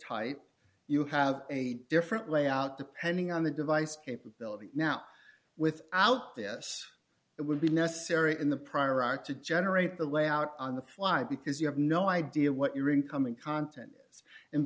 type you have a different layout depending on the device capability now without this it would be necessary in the prior art to generate the layout on the fly because you have no idea what your income and content i